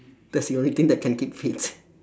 that's the only thing that can keep fit